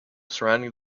surrounding